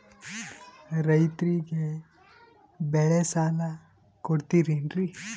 ರೈತರಿಗೆ ಬೆಳೆ ಸಾಲ ಕೊಡ್ತಿರೇನ್ರಿ?